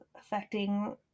affecting